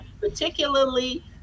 Particularly